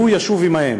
שהוא ישוב עמהם,